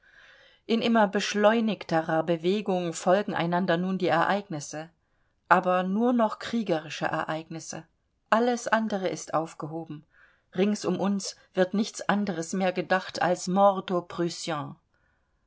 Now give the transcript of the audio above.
in immer beschleunigterer bewegung folgen einander nun die ereignisse aber nur noch kriegerische ereignisse alles andere ist aufgehoben rings um uns wird nichts anderes mehr gedacht als mort